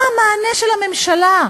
מה המענה של הממשלה?